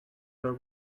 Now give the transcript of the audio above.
her